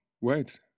wait